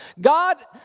God